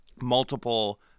multiple